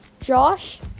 Josh